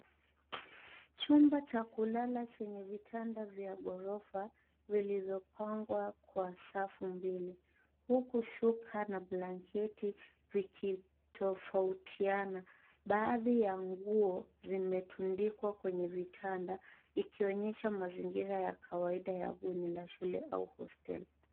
Chumba cha kulala chenye vitanda vya ghorofa vilivyopangwa kwa safu mbili. Huku shuka na blanketi vikitofautiana. Baadhi ya nguo zimetundikwa kwenye vitanda, ikionyesha mazingira ya kawaida ya bweni la shule au hostel .